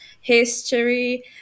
history